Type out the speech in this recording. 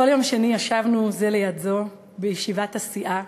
כל יום שני ישבנו זה ליד זו בישיבת הסיעה,